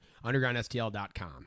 UndergroundSTL.com